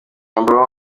umwambaro